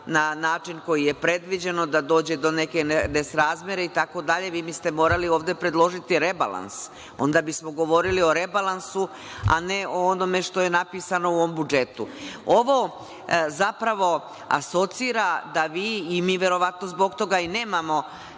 na način koji je predviđeno, da dođe do neke nesrazmere itd, vi biste morali ovde predložiti rebalans. Onda bismo govorili o rebalansu, a ne o onome što je napisano u ovom budžetu. Ovo zapravo asocira da vi, i mi verovatno zbog toga i nemamo